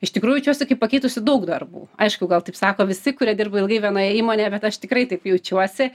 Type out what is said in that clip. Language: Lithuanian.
iš tikrųjų jaučiuosi kaip pakeitusi daug darbų aišku gal taip sako visi kurie dirba ilgai vienoje įmonėje bet aš tikrai taip jaučiuosi